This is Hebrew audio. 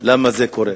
למה זה קורה.